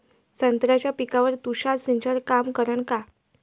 संत्र्याच्या पिकावर तुषार सिंचन काम करन का?